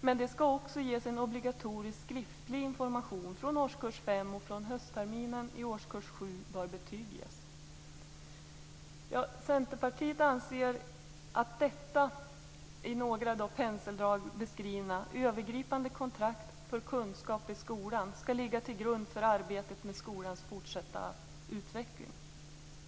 Men det skall också ges en obligatorisk skriftlig information från årskurs fem, och från höstterminen i årskurs sju bör betyg ges. Centerpartiet anser att detta i några penseldrag beskrivna övergripande kontrakt för kunskap i skolan skall ligga till grund för arbetet med skolans fortsatta utveckling.